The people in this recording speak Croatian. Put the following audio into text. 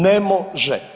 Ne može.